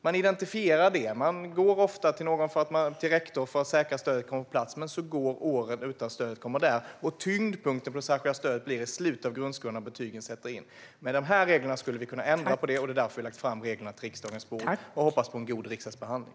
Man identifierar det och går ofta till rektorn för att säkerställa att stödet kommer på plats, men sedan går åren utan att stödet kommer. Tyngdpunkten för det särskilda stödet blir därför i slutet av grundskolan, när betygen sätter in. Med dessa regler skulle vi kunna ändra på det, och det är därför vi har lagt dem på riksdagens bord. Vi hoppas på en god riksdagsbehandling.